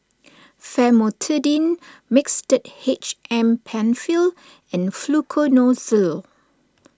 Famotidine Mixtard H M Penfill and Fluconazole